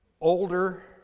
older